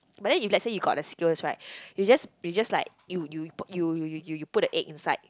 but then let's say if you got the skills right you just you just like you you put you you you you put the egg inside